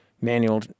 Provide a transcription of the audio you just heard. manual